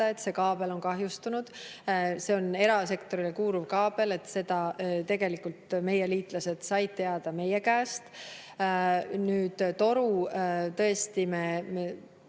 et see kaabel on kahjustunud – see on erasektorile kuuluv kaabel –, seda tegelikult meie liitlased said teada meie käest. Toru [vigastamisest]